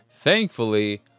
thankfully